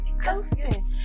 coasting